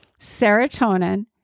serotonin